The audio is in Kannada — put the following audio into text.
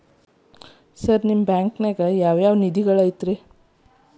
ಸರ್ ನಿಮ್ಮ ಬ್ಯಾಂಕನಾಗ ಯಾವ್ ಯಾವ ನಿಧಿಗಳು ಐತ್ರಿ?